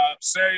say